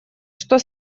что